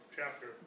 chapter